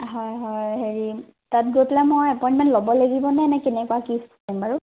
হয় হয় হেৰি তাত গৈ পেলাই মই এপইন্টমেন্ট ল'ব লাগিব নে নে কেনেকুৱা কি চিষ্টেম বাৰু